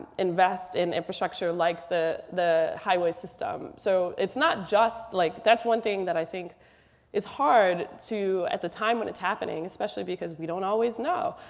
invest in infrastructure like the the highway system. so it's not just like that's one thing that i think is hard to at the time when it's happening especially because we don't always know,